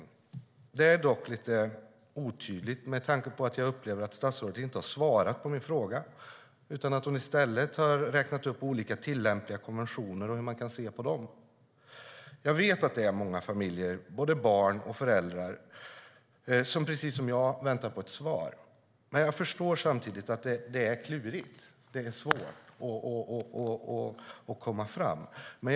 Det är dock lite otydligt med tanke på att jag upplever att statsrådet inte har svara på min fråga utan i stället räknat upp olika tillämpliga konventioner och hur man kan se på dem. Jag vet att det är många föräldrar och barn som precis som jag väntar på ett svar. Jag förstår samtidigt att det är klurigt och svårt att komma framåt.